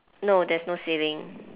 no there's no ceiling